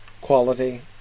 quality